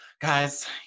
Guys